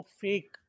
fake